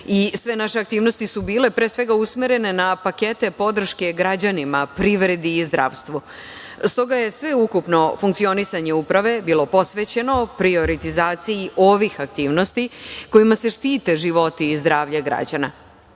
i sve naše aktivnosti su bile, pre svega, usmere na pakete podrške građanima, privredi i zdravstvu. Stoga je sveukupno funkcionisanje uprave bilo posvećeno prioritizaciji ovih aktivnosti kojima se štite životi i zdravlje građana.